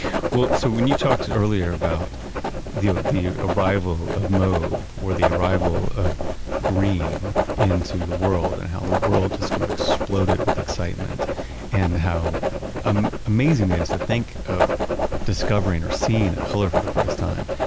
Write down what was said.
well, so when you talked earlier about the the arrival of mauve or the arrival of green into the world and how the world just kind of exploded with excitement and how um amazing is, i think, of discovering or seeing a color for the first time.